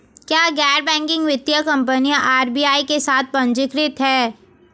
क्या गैर बैंकिंग वित्तीय कंपनियां आर.बी.आई के साथ पंजीकृत हैं?